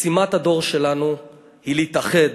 משימת הדור שלנו היא להתאחד